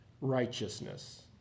righteousness